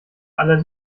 aller